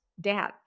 Dad